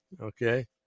Okay